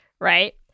right